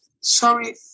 Sorry